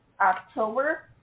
October